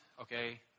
okay